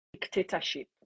dictatorship